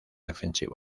defensivo